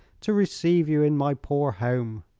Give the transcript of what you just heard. to receive you in my poor home,